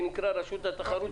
שנקרא "רשות התחרות",